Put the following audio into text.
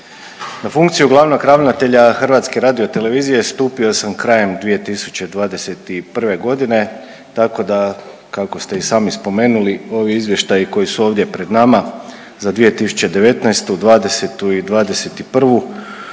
Na funkciju glavnog ravnatelja HRT-a stupio sam krajem 2021. g., tako da, kako ste i sami spomenuli, ovi izvještaji koji su ovdje pred nama za 2019., '20. i '21. se u